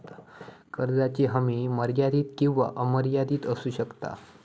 कर्जाची हमी मर्यादित किंवा अमर्यादित असू शकता